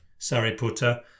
Sariputta